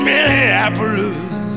Minneapolis